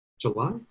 July